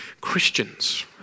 Christians